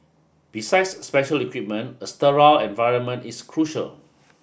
besides special equipment a sterile environment is crucial